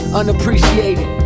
unappreciated